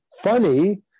funny